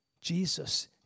Jesus